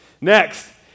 Next